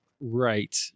right